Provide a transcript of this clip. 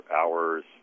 hours